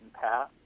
path